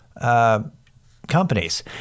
companies